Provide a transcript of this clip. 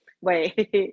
wait